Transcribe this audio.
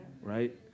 Right